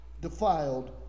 defiled